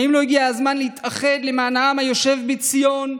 האם לא הגיע הזמן להתאחד למען העם היושב בציון,